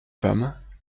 femmes